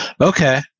okay